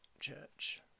church